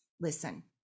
listen